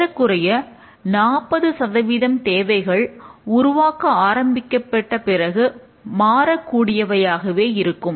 ஏறக்குறைய 40 சதவீதம் தேவைகள் உருவாக்க ஆரம்பிக்கப்பட்ட பிறகு மாறக் கூடியதாகவே இருக்கும்